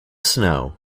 snow